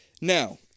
Now